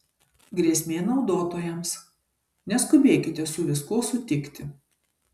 grėsmė naudotojams neskubėkite su viskuo sutikti